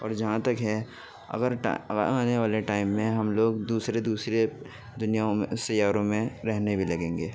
اور جہاں تک ہے اگر آنے والے ٹائم میں ہم لوگ دوسرے دوسرے دنیاؤں میں سیاروں میں رہنے بھی لگیں گے